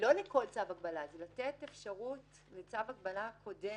לא לכל צו הגבלה, זה לתת אפשרות לצו הגבלה הקודם.